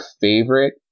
favorite